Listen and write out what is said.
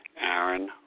Aaron